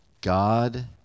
God